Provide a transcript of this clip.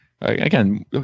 again